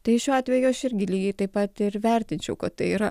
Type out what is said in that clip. tai šiuo atveju aš irgi lygiai taip pat ir vertinčiau kad tai yra